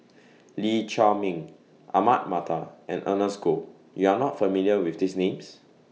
Lee Chiaw Meng Ahmad Mattar and Ernest Goh YOU Are not familiar with These Names